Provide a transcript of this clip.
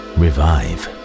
revive